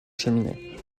cheminée